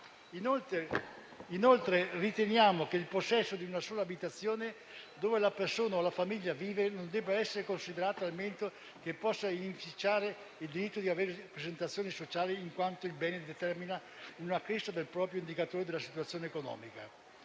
Inoltre, riteniamo che il possesso di una sola abitazione dove la persona o la famiglia vive non debba essere considerato elemento che possa inficiare il diritto ad avere certe prestazioni sociali in quanto il bene determina una crescita del proprio indicatore della situazione economica.